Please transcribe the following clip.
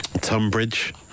Tunbridge